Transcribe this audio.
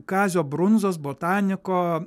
kazio brunzos botaniko